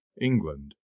England